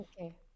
okay